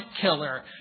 killer